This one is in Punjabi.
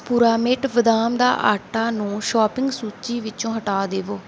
ਪੁਰਾਮੇਟ ਬਦਾਮ ਦਾ ਆਟਾ ਨੂੰ ਸ਼ੋਪਿੰਗ ਸੂਚੀ ਵਿੱਚੋਂ ਹਟਾ ਦੇਵੋ